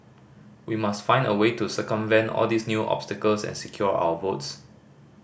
we must find a way to circumvent all these new obstacles and secure our votes